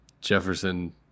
Jefferson